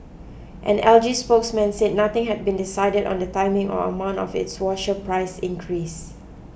an L G spokesman said nothing had been decided on the timing or amount of its washer price increase